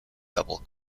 double